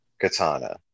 katana